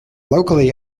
locally